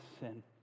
sin